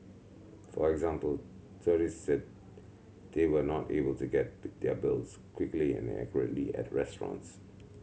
for example tourists said they were not able to get their bills quickly and accurately at restaurants